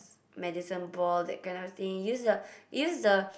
medicine ball that kind of thing use the use the